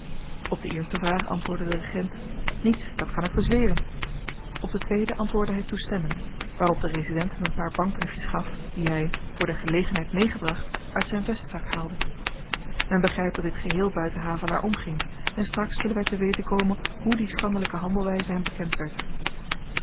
op de eerste vraag antwoordde de regent niets dat kan ik bezweren op de tweede antwoordde hy toestemmend waarop de resident hem een paar bankbriefjes gaf die hy voor de gelegenheid meegebracht uit zyn vestzak haalde men begrypt dat dit geheel buiten havelaar omging en straks zullen wy te weten komen hoe die schandelyke handelwyze hem bekend werd